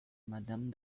madame